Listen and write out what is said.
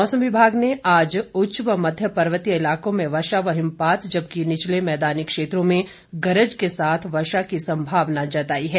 मौसम विभाग ने आज उच्च व मध्य पर्वतीय इलाकों में वर्षा व हिमपात जबकि निचले मैदानी क्षेत्रों में गरज के साथ वर्षा की संभावना जताई है